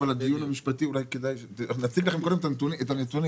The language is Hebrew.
--- אבל אולי כדאי שנציג לכם קודם את הנתונים.